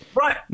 Right